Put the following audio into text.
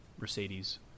Mercedes